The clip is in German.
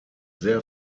sehr